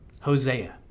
Hosea